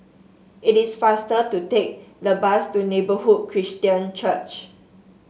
it is faster to take the bus to Neighbourhood Christian Church